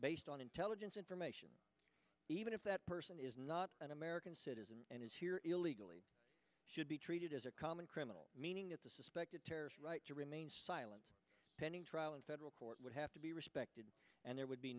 based on intelligence information even if that person is not an american citizen and is here illegally should be treated as a common criminal meaning that the suspected terrorist right to remain silent pending trial in federal court would have to be respected and there would be